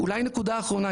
אולי נקודה אחרונה,